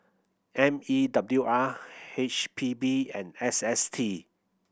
M E W R H P B and S S T